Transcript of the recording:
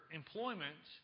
employment